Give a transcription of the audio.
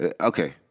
okay